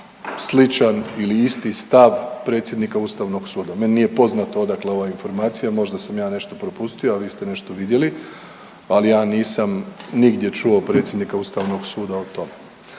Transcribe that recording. sličan ili isti stav predsjednika ustavnog suda, meni nije poznato odakle ova informacija, možda sam ja nešto propustio, a vi ste nešto vidjeli, ali ja nisam nigdje čuo predsjednika ustavnog suda o tome.